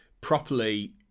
properly